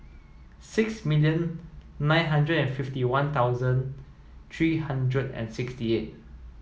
six million nine hundred and fifty one thousand three hundred and sixty eight